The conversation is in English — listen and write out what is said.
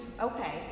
okay